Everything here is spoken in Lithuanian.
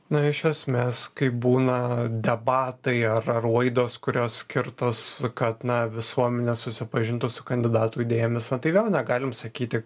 na iš esmės kaip būna debatai ar ar laidos kurios skirtos kad na visuomenė susipažintų su kandidatų idėjomis na tai vėl na galim sakyti